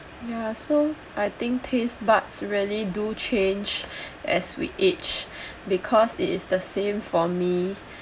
ya so I think taste buds really do change as we age because it is the same for me